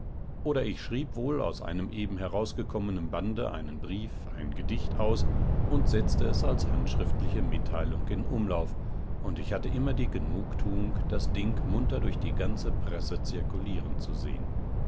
oder ich schrieb wohl aus einem eben herausgekommenen bande einen brief ein gedicht aus und setzte es als handschriftliche mitteilung in umlauf und ich hatte immer die genugtuung das ding munter durch die ganze presse zirkulieren zu sehen